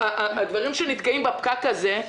הדברים שנתקעים בפקק הזה,